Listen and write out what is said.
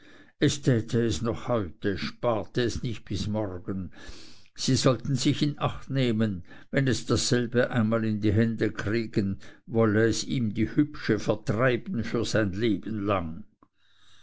es täte es noch heute sparte es nicht bis morgen sie sollten sich in acht nehmen wenn es dasselbe einmal in die hände kriege wolle es ihm die hübsche vertreiben für sein leben lang